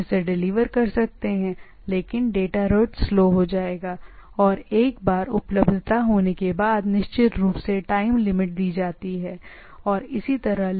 लेकिन यहां हम पैकेट को स्वीकार कर सकते हैं और यह चीजें एक्सेप्ट होने के बाद डिलीवरी की जाएंगी स्लो रेट पर या एक बार उपलब्धता होने के बाद निश्चित रूप से टाइम लिमिट हैं जिस पर हम इंतजार नहीं कर सकते हैं और इसी तरह और आगे भी